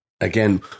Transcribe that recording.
again